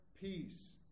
peace